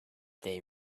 they